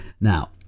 Now